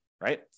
right